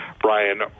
Brian